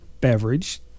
beverage